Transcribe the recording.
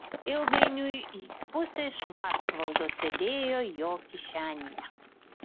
ilgainiui pusė švarcvaldo sėdėjo jo kišenėje